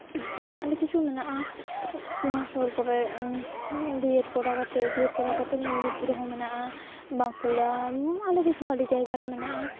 ᱟᱹᱰᱤ ᱠᱤᱪᱷᱩ ᱢᱮᱱᱟᱜᱼᱟ ᱱᱚᱣᱟ ᱥᱩᱨ ᱠᱚᱨᱮ ᱵᱤ ᱮᱰ ᱠᱚᱨᱟᱣ ᱠᱟᱛᱮ ᱵᱤ ᱮᱰ ᱠᱚᱨᱟᱣ ᱠᱟᱛᱮ ᱢᱮᱫᱽᱱᱤᱯᱩᱨ ᱨᱮᱦᱚᱸ ᱢᱮᱱᱟᱜᱼᱟ ᱵᱟᱸᱠᱩᱲᱟ ᱟᱹᱰᱤ ᱠᱤᱪᱷᱩ ᱟᱹᱰᱤ ᱡᱟᱭᱜᱟ ᱨᱮ ᱢᱮᱱᱟᱜᱼᱟ